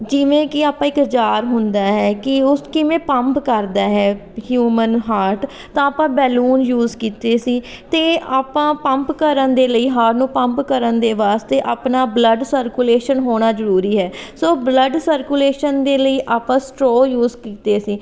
ਜਿਵੇਂ ਕਿ ਆਪਾਂ ਇੱਕ ਜਾਰ ਹੁੰਦਾ ਹੈ ਕਿ ਉਹ ਕਿਵੇਂ ਪੰਪ ਕਰਦਾ ਹੈ ਹਿਊਮਨ ਹਾਰਟ ਤਾਂ ਆਪਾਂ ਬੈਲੂਨ ਯੂਜ ਕੀਤੇ ਸੀ ਅਤੇ ਆਪਾਂ ਪੰਪ ਕਰਨ ਦੇ ਲਈ ਹਾਰਟ ਨੂੰ ਪੰਪ ਕਰਨ ਦੇ ਵਾਸਤੇ ਆਪਣਾ ਬਲੱਡ ਸਰਕੂਲੇਸ਼ਨ ਹੋਣਾ ਜ਼ਰੂਰੀ ਹੈ ਸੋ ਬਲੱਡ ਸਰਕੂਲੇਸ਼ਨ ਦੇ ਲਈ ਆਪ ਸਟਰੋਅ ਯੂਜ ਕੀਤੇ ਸੀ